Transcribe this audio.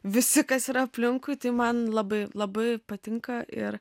visi kas yra aplinkui tai man labai labai patinka ir